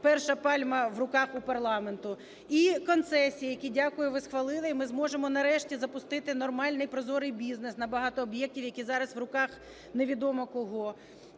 перша пальма в руках у парламенту, і концесії, які, дякую, ви схвалили, і ми зможемо нарешті запустити нормальний прозорий бізнес на багато об'єктів, які зараз в руках невідомо кого.